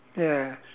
yes